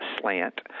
slant